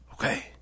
Okay